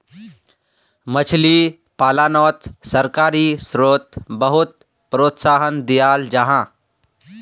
मछली पालानोत सरकारी स्त्रोत बहुत प्रोत्साहन दियाल जाहा